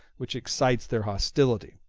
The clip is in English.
which excites their hostility,